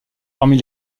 parmi